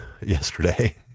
yesterday